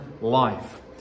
life